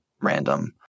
random